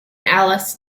alice